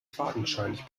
fadenscheinig